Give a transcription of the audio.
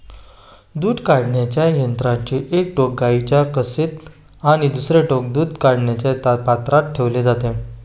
दूध काढण्याच्या यंत्राचे एक टोक गाईच्या कासेत आणि दुसरे टोक दूध साठवण पात्रात ठेवले जाते